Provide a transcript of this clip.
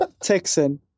Texan